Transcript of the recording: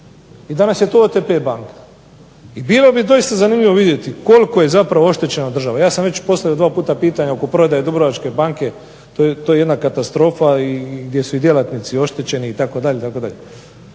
i danas je to OTP banka. I bilo bi doista zanimljivo vidjeti koliko je zapravo oštećena država. Ja sam već postavio 2 puta pitanje oko prodaje Dubrovačke banke, to je jedna katastrofa gdje su i djelatnici oštećeni itd.,